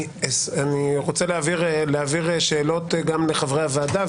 אני רוצה לאפשר לחברי הוועדה לשאול,